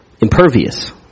impervious